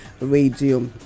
Radio